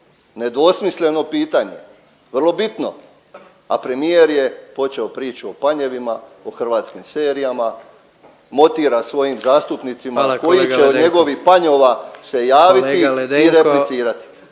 nedvosmisleno pitanje, vrlo bitno, a premijer je počeo priču o panjevima, o hrvatskim serijama, motira svojim zastupnicima …/Upadica predsjednik: Hvala